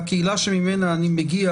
כשתכנסו לבתי דין בקהילה שממנה אני מגיע,